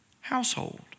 household